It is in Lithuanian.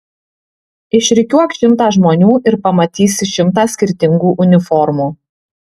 išrikiuok šimtą žmonių ir pamatysi šimtą skirtingų uniformų